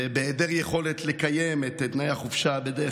ובהיעדר יכולת לקיים את תנאי החופשה בדרך